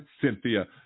Cynthia –